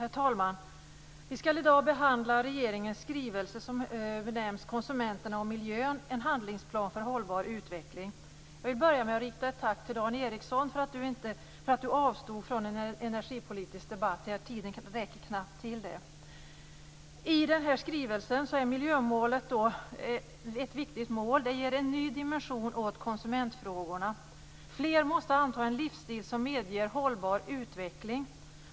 Herr talman! Vi skall i dag behandla regeringens skrivelse som benämns Konsumenterna och miljön - en handlingsplan för hållbar utveckling. Jag vill börja med att rikta ett tack till Dan Ericsson för att han avstod från en energipolitisk debatt. Tiden räcker knappt till det. I den här skrivelsen är miljömålet ett viktigt mål. Det ger en ny dimension åt konsumentfrågorna. Fler måste anta en livsstil som medger hållbar utveckling.